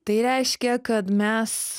tai reiškia kad mes